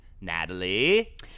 Natalie